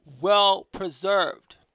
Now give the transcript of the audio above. well-preserved